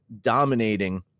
dominating